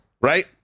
right